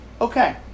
Okay